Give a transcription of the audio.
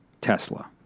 Tesla